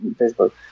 Facebook